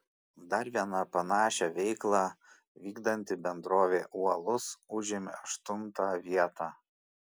dar viena panašią veiklą vykdanti bendrovė uolus užėmė aštuntą vietą